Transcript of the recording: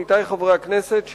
עמיתי חברי הכנסת,